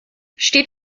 steht